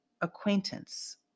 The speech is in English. acquaintance